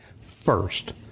first